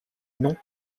non